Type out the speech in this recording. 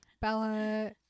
Bella